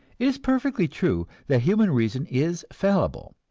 it is perfectly true that human reason is fallible.